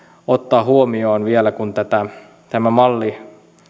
ottaa huomioon vielä kun tämä malli